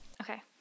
Okay